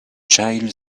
child